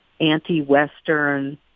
anti-Western